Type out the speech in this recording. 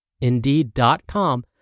Indeed.com